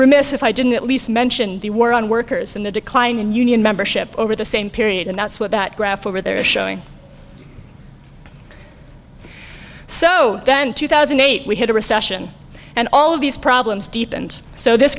remiss if i didn't at least mention the war on workers in the decline in union membership over the same period and that's what that graph over there is showing so then two thousand and eight we had a recession and all of these problems deep and so this